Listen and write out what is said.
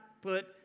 put